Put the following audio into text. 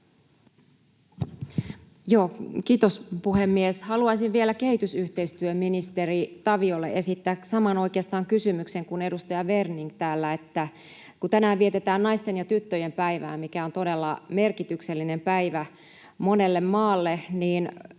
kiitos, puhemies! Haluaisin vielä kehitysyhteistyöministeri Taviolle esittää oikeastaan saman kysymyksen kuin edustaja Werning täällä. Tänään vietetään naisten ja tyttöjen päivää, mikä on todella merkityksellinen päivä monelle maalle.